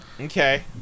Okay